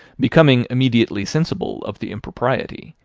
becoming immediately sensible of the impropriety,